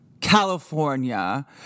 California